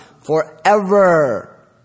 forever